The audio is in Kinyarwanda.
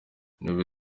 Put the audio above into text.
intebe